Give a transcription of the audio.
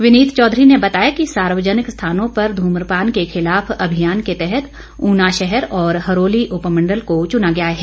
विनीत चौधरी ने बताया कि सार्वजनिक स्थानों पर धूम्रपान के खिलाफ अभियान के तहत ऊना शहर और हरोली उपमंडल को चुना गया है